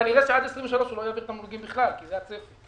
כנראה שעד 2023 הוא לא יעביר תמלוגים בכלל כי זה הצפי.